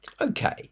Okay